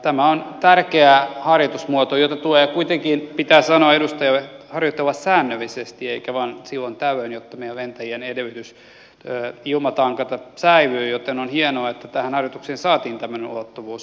tämä on tärkeä harjoitusmuoto jota tulee kuitenkin pitää sanoa edustajalle harjoitella säännöllisesti eikä vain silloin tällöin jotta meidän lentäjien edellytys ilmatankata säilyy joten on hienoa että tähän harjoitukseen saatiin tämmöinen ulottuvuus